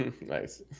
Nice